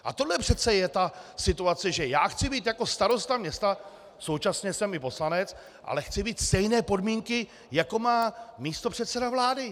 A tohle přece je ta situace, že já chci být jako starosta města, současně jsem i poslanec, ale chci mít stejné podmínky, jako má místopředseda vlády.